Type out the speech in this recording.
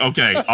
Okay